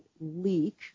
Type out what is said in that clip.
leak